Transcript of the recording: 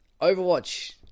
Overwatch